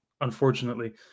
Unfortunately